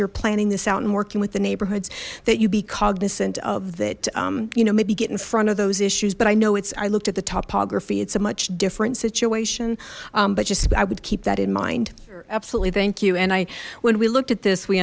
you're planning this out and working with the neighborhoods that you be cognizant of that you know maybe get in front of those issues but i know it's i looked at the topography it's a much different situation but just i would keep that in mind absolutely thank you and i when we looked at this we